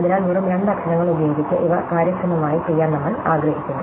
അതിനാൽ വെറും രണ്ട് അക്ഷരങ്ങൾ ഉപയോഗിച്ച് ഇവ കാര്യക്ഷമമായി ചെയ്യാൻ നമ്മൾ ആഗ്രഹിക്കുന്നു